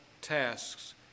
tasks